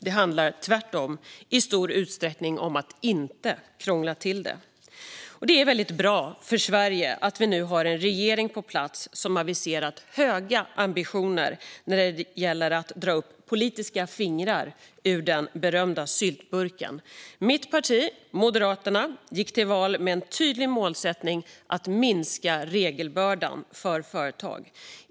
Det handlar tvärtom i stor utsträckning om att inte krångla till det. Det är väldigt bra för Sverige att vi nu har en regering på plats som aviserat höga ambitioner när det gäller att dra upp politiska fingrar ur den berömda syltburken. Mitt parti, Moderaterna, gick till val med en tydlig målsättning att minska regelbördan för företag.